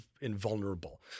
invulnerable